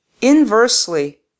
inversely